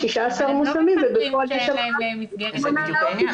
16 מושמים ובפועל יש רק 8 או 9 ------ זה בדיוק העניין.